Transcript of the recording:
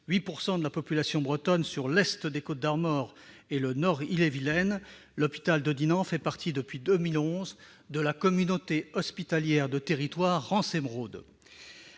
8 % de la population bretonne, sur l'est des Côtes-d'Armor et le nord de l'Ille-et-Vilaine, l'hôpital de Dinan fait partie, depuis 2011, de la communauté hospitalière de territoire Rance Émeraude.